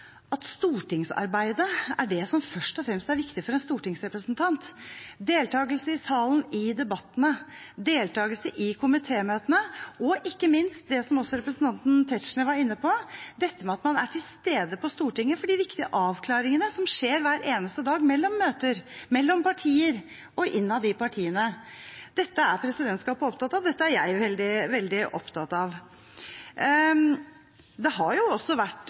at stortingsarbeidet er det som først og fremst er viktig for en stortingsrepresentant: deltakelse i salen i debattene, deltakelse i komitémøtene, og ikke minst det som representanten Tetzschner var inne på, det at man er til stede på Stortinget for de viktige avklaringene som skjer hver eneste dag, mellom møter, mellom partier og innad i partiene. Dette er presidentskapet opptatt av, og dette er jeg veldig opptatt av. Det har også vært